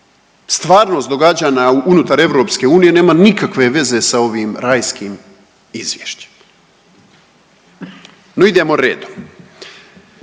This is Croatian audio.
Stvarnost događanja unutar EU nema nikakve veze sa ovim rajskim izvješćem. No idemo redom.